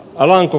alanko